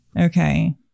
okay